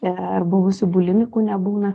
ir buvusių bulinikų nebūna